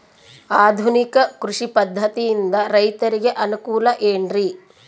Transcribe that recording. ಆಧುನಿಕ ಕೃಷಿ ಪದ್ಧತಿಯಿಂದ ರೈತರಿಗೆ ಅನುಕೂಲ ಏನ್ರಿ?